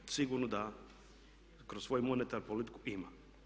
Sigurno da kroz svoju monetarnu politiku ima.